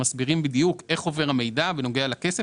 שמסבירים בדיוק איך עובר המידע בנוגע לכסף.